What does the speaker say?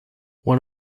one